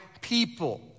people